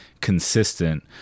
consistent